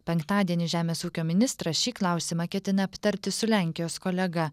penktadienį žemės ūkio ministras šį klausimą ketina aptarti su lenkijos kolega